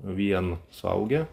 vien suaugę